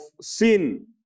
sin